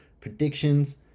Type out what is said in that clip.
predictions